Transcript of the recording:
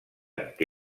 que